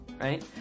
right